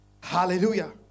Hallelujah